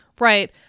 Right